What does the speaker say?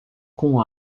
com